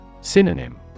Synonym